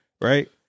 Right